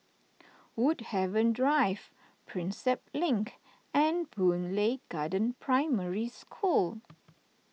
Woodhaven Drive Prinsep Link and Boon Lay Garden Primary School